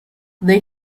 they